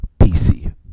PC